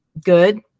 good